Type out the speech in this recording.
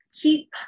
Keep